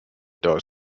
does